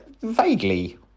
vaguely